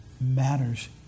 matters